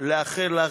לאחל לך,